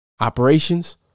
operations